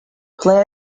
play